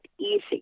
easy